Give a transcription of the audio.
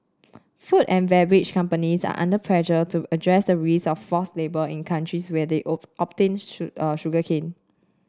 food and beverage companies are under pressure to address the risk of forced labour in countries where they obtain sugarcane